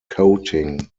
coating